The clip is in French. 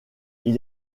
ils